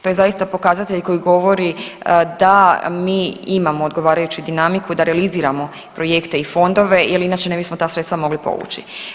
To je zaista pokazatelj koji govori da mi imamo odgovarajuću dinamiku, da realiziramo projekte i fondove jer inače ne bismo ta sredstva mogli povući.